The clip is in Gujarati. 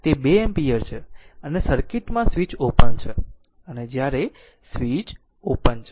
તે 2 એમ્પીયર છે અને સર્કિટ માં સ્વીચ ઓપન છે અને જ્યારે સ્વીચ ઓપન છે